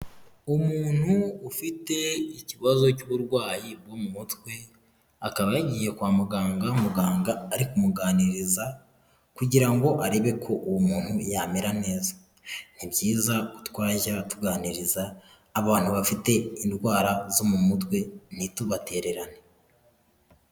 Umuntu ufite ikibazo cy'uburwayi bwo mu mutwe, akaba yagiye kwa muganga muganga ari kumuganiriza kugira ngo arebe ko uwo muntu yamera neza, ni byiza ko twajya tuganiriza abantu bafite indwara zo mu mutwe ntitubatererane.